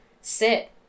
sit